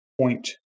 point